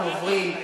אנחנו עוברים,